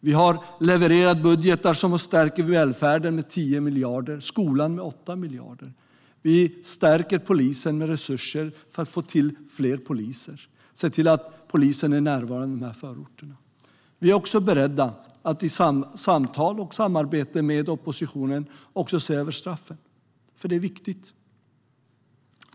Vi har levererat budgetar som stärker välfärden med 10 miljarder och skolan med 8 miljarder. Vi stärker polisen med resurser för att få till fler poliser och för att polisen ska vara närvarande i de här förorterna. Vi är också beredda att i samtal och samarbete med oppositionen också se över straffen, för det är viktigt.